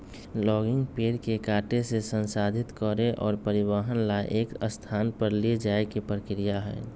logging पेड़ के काटे से, संसाधित करे और परिवहन ला एक स्थान पर ले जाये के प्रक्रिया हई